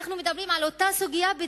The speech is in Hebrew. אנחנו מדברים על אותה סוגיה בדיוק,